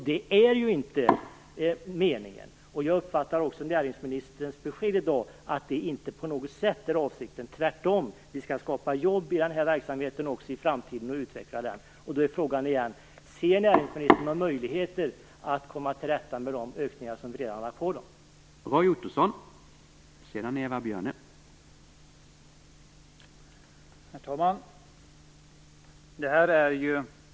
Det är ju inte meningen, och jag uppfattar också näringsministers svar så, att det inte på något sätt är avsikten. Tvärtom skall vi skapa jobb i den här verksamheten också i framtiden och utveckla den. Frågan är alltså: Ser näringsministern några möjligheter att komma till rätta med de skatteökningar som redan har lagts på dessa företag?